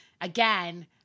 again